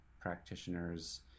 practitioners